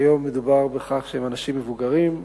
כיום מדובר בכך שהם אנשים מבוגרים,